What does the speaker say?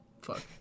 Fuck